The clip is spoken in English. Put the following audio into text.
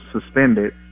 suspended